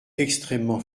extrêmement